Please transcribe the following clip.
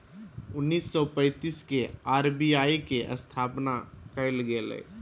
उन्नीस सौ पैंतीस के आर.बी.आई के स्थापना कइल गेलय